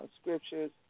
scriptures